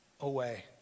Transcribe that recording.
away